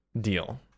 deal